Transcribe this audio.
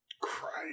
Christ